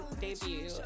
debut